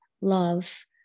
love